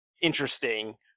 interesting